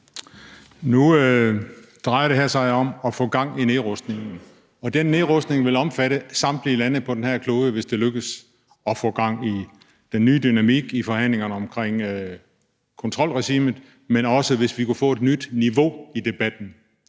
Nu drejer det her sig om at få gang i nedrustningen, og den nedrustning vil omfatte samtlige lande på den her klode, hvis det lykkes at få gang i den nye dynamik i forhandlingerne omkring kontrolregimet, og hvis vi kunne få et nyt niveau i debatten.